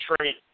trade